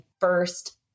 first